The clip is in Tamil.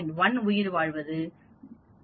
1 உயிர்வாழ்வது 0